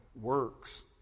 works